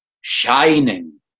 shining